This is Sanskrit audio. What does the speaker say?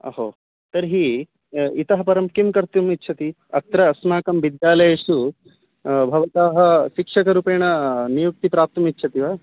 अहो तर्हि इतः परं किं कर्तुम् इच्छति अत्र अस्माकं विद्यालयेषु भवतः शिक्षकरूपेण नियुक्तिं प्राप्तुम् इच्छति वा